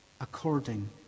according